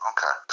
Okay